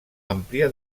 àmplia